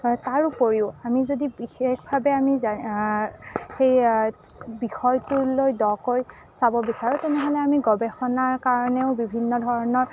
তাৰ উপৰিও আমি যদি বিশেষভাৱে আমি সেই বিষয়টো লৈ দকৈ চাব বিচাৰোঁ তেনেহ'লে আমি গৱেষণাৰ কাৰণেও বিভিন্ন ধৰণৰ